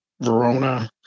Verona